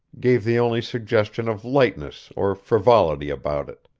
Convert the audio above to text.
gave the only suggestion of lightness or frivolity about it.